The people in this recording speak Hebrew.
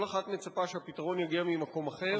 כל אחד מצפה שהפתרון יגיע ממקום אחר.